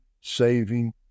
saving